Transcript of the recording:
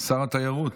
שר התיירות.